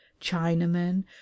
chinamen